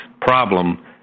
problem